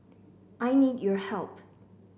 I need your help